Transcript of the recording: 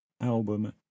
Album